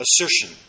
assertion